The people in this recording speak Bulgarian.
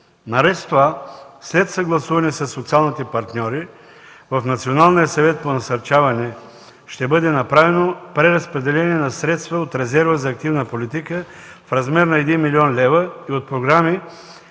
Наред с това след съгласуване със социалните партньори в Националния съвет по насърчаване ще бъде направено преразпределение на средства от резерва за активна политика в размер на 1 млн. лв. и от програми,